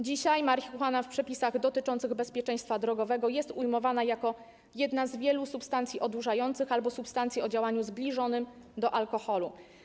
Dzisiaj marihuana w przepisach dotyczących bezpieczeństwa drogowego jest ujmowana jako jedna z wielu substancji odurzających albo substancji o działaniu zbliżonym do alkoholu.